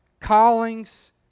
callings